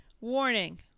Warning